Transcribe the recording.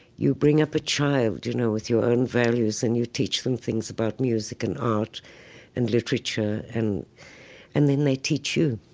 you bring up a child, you know, with your own values and you teach them things about music and art and literature. and and then they teach you.